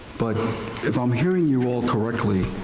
but if i'm hearing you all correctly,